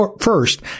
first